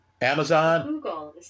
Amazon